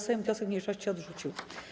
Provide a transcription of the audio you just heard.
Sejm wniosek mniejszości odrzucił.